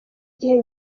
gihe